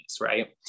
right